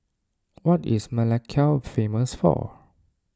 what is Melekeok famous for